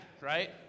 right